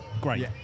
great